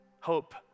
Hope